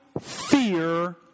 fear